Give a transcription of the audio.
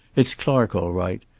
it's clark all right.